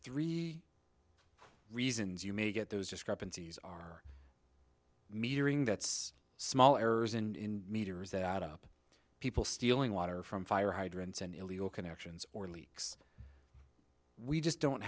three reasons you may get those discrepancies are metering that's small errors in meters that add up people stealing water from fire hydrants and illegal connections or leaks we just don't